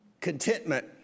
contentment